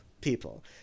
people